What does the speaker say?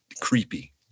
creepy